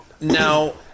Now